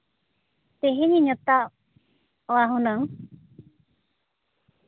ᱛᱮᱦᱮᱧ ᱤᱧ ᱦᱟᱛᱟᱣᱟ ᱦᱩᱱᱟᱹᱝ